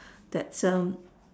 that's